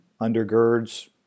undergirds